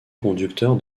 conducteur